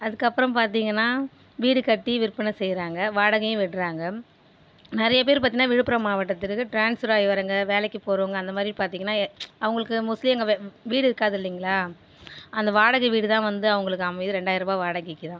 அதுக்கப்புறம் பார்த்தீங்கனா வீடு கட்டி விற்பனை செய்கிறாங்க வாடகையும் விடுறாங்க நிறைய பேரு பார்த்தீங்கனா விழுப்புர மாவட்டத்திற்கு ட்ரான்ஸ்ஃபராகி வரங்க வேலைக்கு போகிறவங்க அந்த மாதிரி பார்த்தீங்கனா ஏ அவங்களுக்கு மோஸ்ட்லி அங்கே வெ வீடு இருக்காது இல்லைங்களா அந்த வாடகை வீடு தான் வந்து அவங்களுக்கு அமையுது ரெண்டாயி ரூபாய் வாடகைக்கு தான்